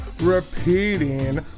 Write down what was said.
repeating